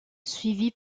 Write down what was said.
suivi